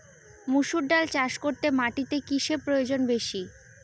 মুসুর ডাল চাষ করতে মাটিতে কিসে প্রয়োজন বেশী?